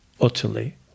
utterly